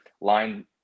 Line